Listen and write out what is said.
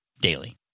daily